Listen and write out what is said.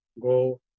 go